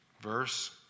verse